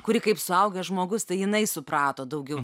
kuri kaip suaugęs žmogus tai jinai suprato daugiau